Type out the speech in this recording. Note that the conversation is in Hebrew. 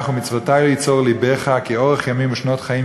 ומצותי יצור לבך כי ארך ימים ושנות חיים,